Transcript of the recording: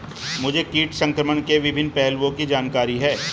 मुझे कीट संक्रमण के विभिन्न पहलुओं की जानकारी है